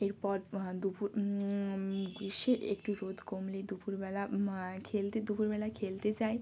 এরপর দুপুর গ্রীষ্মে একটু রোদ কমলে দুপুরবেলা খেলতে দুপুরবেলা খেলতে যাই